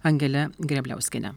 angele grebliauskiene